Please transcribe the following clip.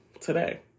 today